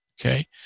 okay